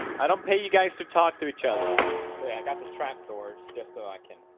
i don't pay you guys to talk to each other say i got the trap doors just so i can